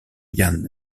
jan